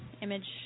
image